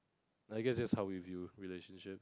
like I guess is how we feel relationship